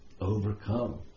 overcome